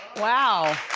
wow.